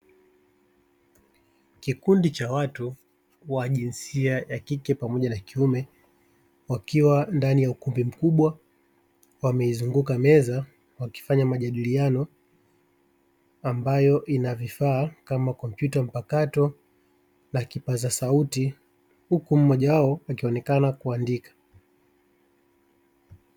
Kikundi cha watu wa jinsia ya kike pamoja na kiume wakiwa ndani ya ukumbi mkubwa, wameizunguka meza wakifanya majadiliano ambayo ina vifaa kama kompyuta mpakato na kipaza sauti huku mmoja wao akionekana kuandika.